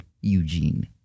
Eugene